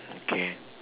okay